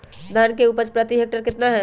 धान की उपज प्रति हेक्टेयर कितना है?